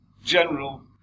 general